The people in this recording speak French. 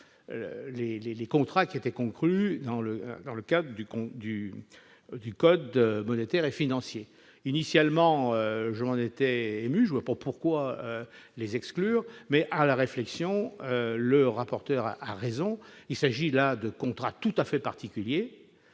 les contrats qui était conclu dans le dans le cas du compte du du code monétaire et financier, initialement, je m'en étais ému, je vois pas pourquoi les exclure, mais à la réflexion, le rapporteur a raison : il s'agit là de contrat tout à fait particulier